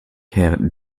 herr